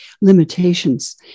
limitations